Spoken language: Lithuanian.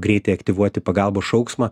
greitai aktyvuoti pagalbos šauksmą